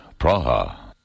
Praha